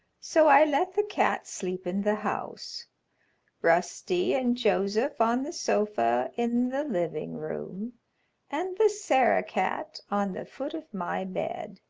so i let the cats sleep in the house rusty and joseph on the sofa in the living-room, and the sarah-cat on the foot of my bed.